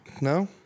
No